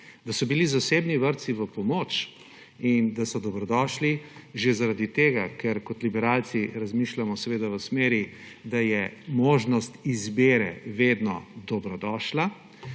Da so bili zasebni vrtci v pomoč in da so dobrodošli že zaradi tega, ker kot liberalci razmišljamo v smeri, da je možnost izbire vedno dobrodošla,